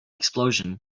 explosion